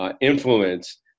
influence